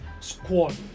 squad